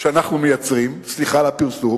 שאנחנו מייצרים, סליחה על הפרסום,